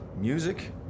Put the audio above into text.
Music